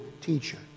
teacher